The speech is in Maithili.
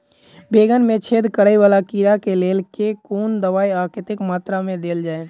बैंगन मे छेद कराए वला कीड़ा केँ लेल केँ कुन दवाई आ कतेक मात्रा मे देल जाए?